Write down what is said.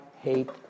hate